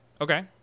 Okay